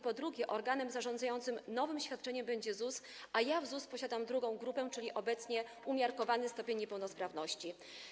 Po drugie, organem zarządzającym nowym świadczeniem będzie ZUS, a ja w ZUS posiadam II grupę, czyli obecnie umiarkowany stopień niepełnosprawności.